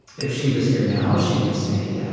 if she was here now, she would say, yeah